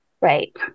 Right